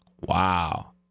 Wow